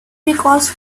because